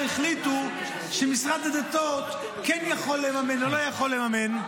החליטו שמשרד הדתות כן יכול לממן או לא יכול לממן,